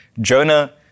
Jonah